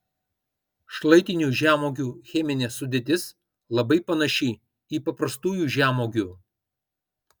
šlaitinių žemuogių cheminė sudėtis labai panaši į paprastųjų žemuogių